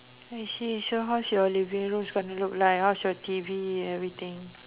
I see so how's your living room gonna look like how's your T_V and everything